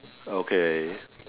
okay